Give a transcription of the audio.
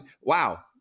wow